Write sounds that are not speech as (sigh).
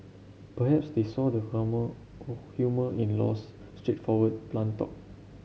perhaps they saw the (unintelligible) humour in Low's straightforward blunt talk